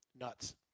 nuts